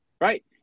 right